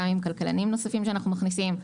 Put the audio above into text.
גם עם כלכלנים נוספים שאנחנו מכניסים,